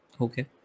Okay